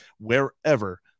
wherever